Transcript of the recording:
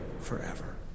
forever